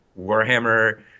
Warhammer –